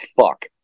fuck